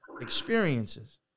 experiences